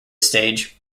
stage